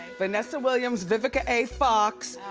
vanessa williams, vivica a. fox.